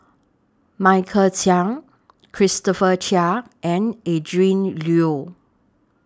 Michael Chiang Christopher Chia and Adrin Loi